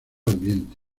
ambiente